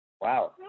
Wow